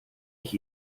ich